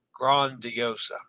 Grandiosa